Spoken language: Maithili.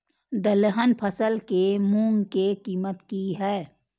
दलहन फसल के मूँग के कीमत की हय?